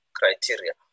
criteria